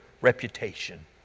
reputation